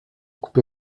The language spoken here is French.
coupé